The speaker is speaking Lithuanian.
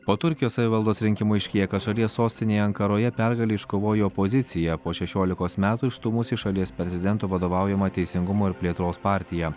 po turkijos savivaldos rinkimų aiškėja kad šalies sostinėje ankaroje pergalę iškovojo opozicija po šešiolikos metų išstūmusi šalies prezidento vadovaujamą teisingumo ir plėtros partiją